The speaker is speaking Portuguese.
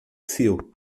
fio